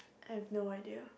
I have no idea